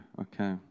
Okay